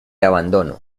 abandono